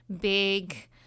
big